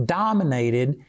dominated